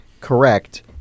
correct